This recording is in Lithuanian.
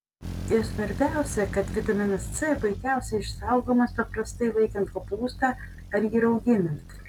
ir svarbiausia kad vitaminas c puikiausiai išsaugomas paprastai laikant kopūstą ar jį rauginant